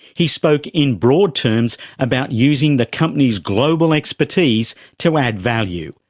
he spoke in broad terms about using the company's global expertise to add value.